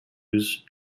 use